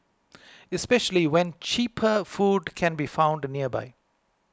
especially when cheaper food can be found nearby